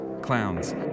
clowns